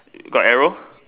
got arrow